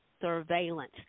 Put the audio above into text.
surveillance